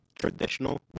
traditional